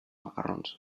macarrons